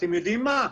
אתם יודעים מה?